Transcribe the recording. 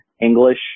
english